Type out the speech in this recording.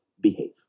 behave